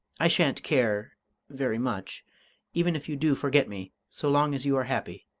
i shan't care very much even if you do forget me, so long as you are happy.